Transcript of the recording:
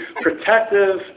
protective